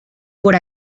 por